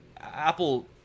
Apple